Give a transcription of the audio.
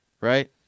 right